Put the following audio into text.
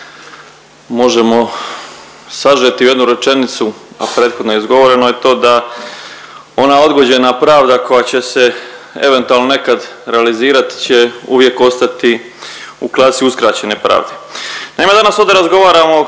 možemo sažeti u jednu rečenicu, a prethodno izgovoreno je to da ona odgođena pravda koja će se eventualno nekad realizirati će uvijek ostati u klasi uskraćene pravde. Naime, danas ovdje razgovaramo o